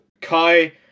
Kai